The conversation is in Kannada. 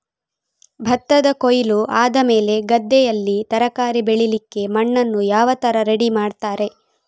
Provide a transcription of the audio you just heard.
ಭತ್ತದ ಕೊಯ್ಲು ಆದಮೇಲೆ ಗದ್ದೆಯಲ್ಲಿ ತರಕಾರಿ ಬೆಳಿಲಿಕ್ಕೆ ಮಣ್ಣನ್ನು ಯಾವ ತರ ರೆಡಿ ಮಾಡ್ತಾರೆ?